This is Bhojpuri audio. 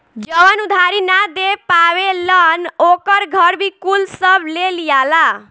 जवन उधारी ना दे पावेलन ओकर घर भी कुल सब ले लियाला